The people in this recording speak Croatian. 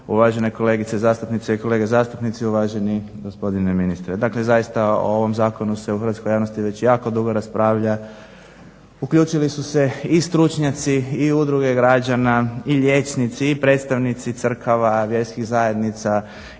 Uvažene kolegice zastupnice i kolege zastupnici, uvaženi gospodine ministre. Dakle, zaista o ovome zakonu se u hrvatskoj javnosti već jako dugo raspravlja. Uključili su se i stručnjaci i udruge građana i liječnici i predstavnici crkava, vjerskih zajednica